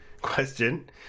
question